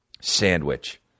sandwich